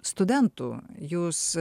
studentų jūs